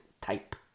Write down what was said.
type